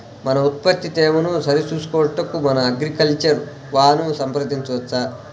మన ఉత్పత్తి తేమను సరిచూచుకొనుటకు మన అగ్రికల్చర్ వా ను సంప్రదించవచ్చా?